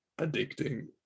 addicting